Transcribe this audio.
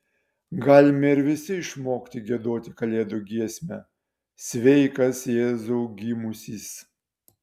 galime ir visi išmokti giedoti kalėdų giesmę sveikas jėzau gimusis